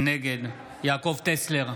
נגד יעקב טסלר,